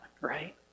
right